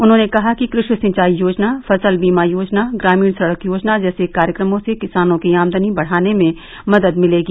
उन्होंने कहा कि कृषि सिंचाई योजना फसल बीमा योजना ग्रामीण सड़क योजना जैसे कार्यक्रमों से किसानों की आमदनी बढ़ाने में मदद मिलेगी